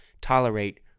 tolerate